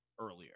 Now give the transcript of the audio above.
earlier